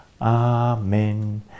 amen